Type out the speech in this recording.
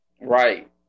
Right